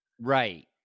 Right